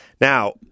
Now